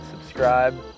subscribe